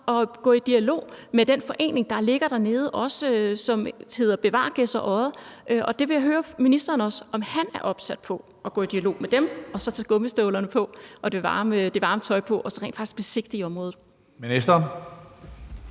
at gå i dialog med den forening, der ligger dernede, som hedder Bevar Gedser Odde. Jeg vil høre ministeren, om han også er opsat på at gå i dialog med dem og så tage gummistøvlerne og det varme tøj på og så rent faktisk besigtige området. Kl.